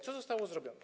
Co zostało zrobione?